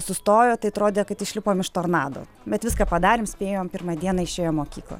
sustojo tai atrodė kad išlipom iš tornado bet viską padarėm spėjom pirmą dieną išėjo į mokyklą